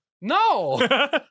no